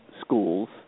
schools